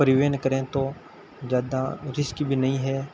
परिवहन करें तो ज़्यादा रिस्क भी नहीं है